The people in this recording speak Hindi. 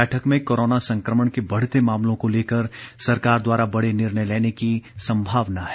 बैठक में कोरोना संकमण के बढ़ते मामलों को लेकर सरकार द्वारा बड़े निर्णय लेने की संभावना है